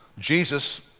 Jesus